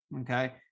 okay